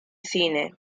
cine